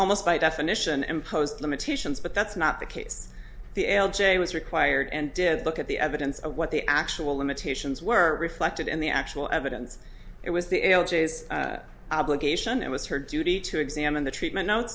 almost by definition imposed limitations but that's not the case the l j was required and did look at the evidence of what the actual limitations were reflected in the actual evidence it was the l g s obligation it was her duty to examine the treatment no